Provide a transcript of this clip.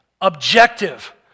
objective